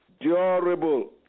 durable